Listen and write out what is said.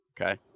okay